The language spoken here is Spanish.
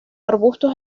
arbustos